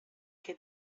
que